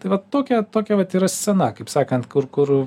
tai vat tokia tokia vat yra scena kaip sakant kur kur